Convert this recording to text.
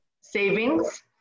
savings